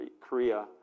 Korea